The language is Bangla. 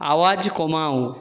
আওয়াজ কমাও